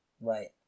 right